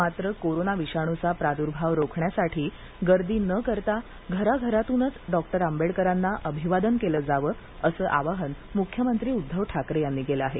मात्र कोरोना विषाणूचा प्रादूर्भाव रोखण्यासाठी गर्दी न करता घरा घरातूनच डॉक्टर आंबेडकर यांना अभिवादन केलं जावं असं आवाहन मुख्यमंत्री उद्दव ठाकरे यांनी केलं आहे